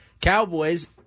Cowboys